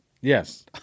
Yes